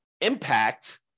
impact